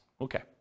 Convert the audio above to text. Okay